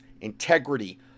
integrity